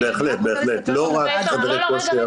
בהחלט, לא רק חדרי כושר.